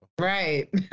Right